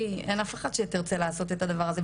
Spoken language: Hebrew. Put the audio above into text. אין אף אחת שתרצה או תסכים לעשות את הדבר הזה.